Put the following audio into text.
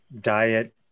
diet